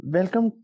Welcome